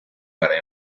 para